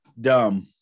dumb